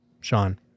Sean